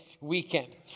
weekend